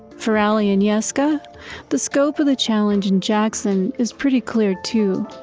for ali and jeske, ah the scope of the challenge in jackson is pretty clear too.